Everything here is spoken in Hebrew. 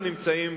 אנחנו נמצאים,